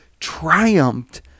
triumphed